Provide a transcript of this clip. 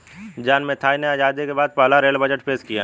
John Mathai ने आजादी के बाद पहला रेल बजट पेश किया